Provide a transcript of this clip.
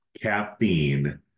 caffeine